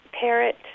parrot